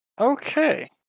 Okay